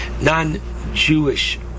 non-Jewish